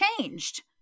changed